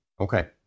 Okay